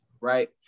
right